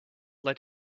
let